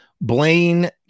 Blaine